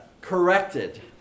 corrected